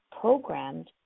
programmed